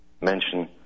mention